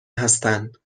هستند